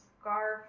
scarf